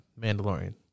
Mandalorian